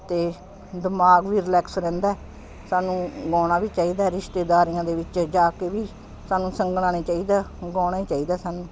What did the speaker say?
ਅਤੇ ਦਿਮਾਗ ਵੀ ਰਿਲੈਕਸ ਰਹਿੰਦਾ ਸਾਨੂੰ ਗਾਉਣਾ ਵੀ ਚਾਹੀਦਾ ਰਿਸ਼ਤੇਦਾਰੀਆਂ ਦੇ ਵਿੱਚ ਜਾ ਕੇ ਵੀ ਸਾਨੂੰ ਸੰਗਣਾ ਨਹੀਂ ਚਾਹੀਦਾ ਗਾਉਣਾ ਹੀ ਚਾਹੀਦਾ ਸਾਨੂੰ